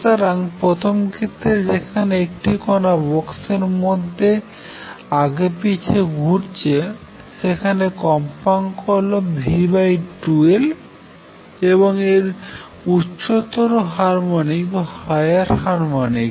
সুতরাং প্রথম ক্ষেত্রে যেখানে একটি কনা বক্সের মধ্যে আগে পিছে ঘুরছে সেখানে কম্পাঙ্ক হল v2L এবং এর উচ্চতর হারমনিক